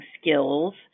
skills